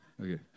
Okay